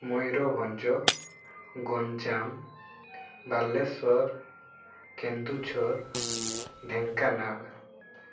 Mayurbhanj Ganjam Balasore Keonjhar Dhenkanal